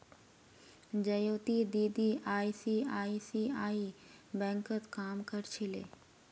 ज्योति दीदी आई.सी.आई.सी.आई बैंकत काम कर छिले